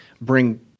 bring